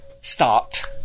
start